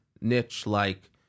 niche-like